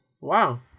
Wow